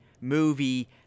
movie